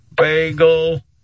Bagel